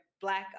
black